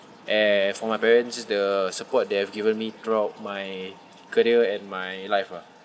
as for my parents is the support they have given me throughout my career and my life ah